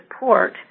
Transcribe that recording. support